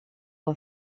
een